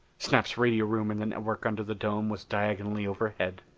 snap's radio room in the network under the dome was diagonally overhead.